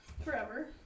Forever